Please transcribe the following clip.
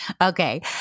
Okay